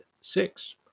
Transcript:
six